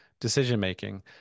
decision-making